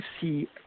see